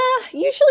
usually